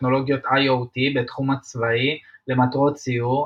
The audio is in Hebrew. טכנולוגיות IoT בתחום הצבאי למטרות סיור,